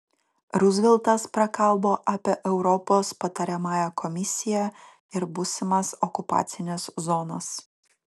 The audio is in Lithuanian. ruzveltas prakalbo apie europos patariamąją komisiją ir būsimas okupacines zonas